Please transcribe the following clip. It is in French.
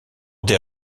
des